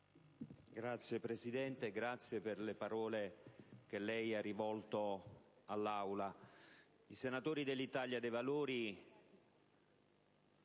Signor Presidente, la ringrazio per le parole che lei ha rivolto all'Aula.